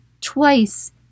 twice